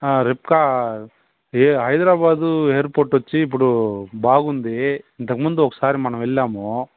హ రిబ్కా ఈ హైదరాబాదు ఎయిర్పోర్ట్ వచ్చి ఇప్పుడు బాగుంది ఇంతకముందు ఒకసారి మనము వెళ్ళాము